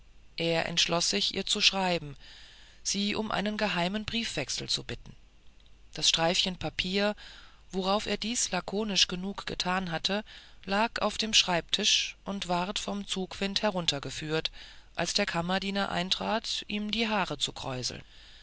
er entschloß sich ihr zu schreiben sie um einen geheimen briefwechsel zu bitten das streifchen papier worauf er dies lakonisch genug getan hatte lag auf dem schreibtisch und ward vom zugwind heruntergeführt als der kammerdiener hereintrat ihm die haare zu kräuseln